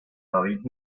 david